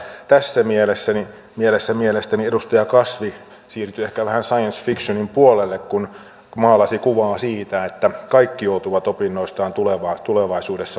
tässä mielessä mielestäni edustaja kasvi siirtyi ehkä vähän science fictionin puolelle kun maalasi kuvaa siitä että kaikki joutuvat opinnoistaan tulevaisuudessa maksamaan